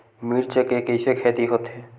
मिर्च के कइसे खेती होथे?